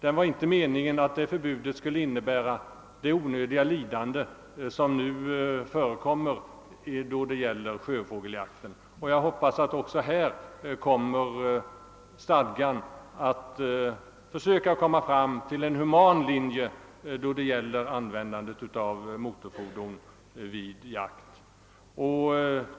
Det var inte meningen att detta förbud skulle medföra det onödiga lidande som nu förekommer då det gäller sjöfågeljakten. Jag hoppas att stadgan också här försöker komma fram till en human linje beträffande användandet av motorfordon vid jakt.